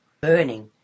burning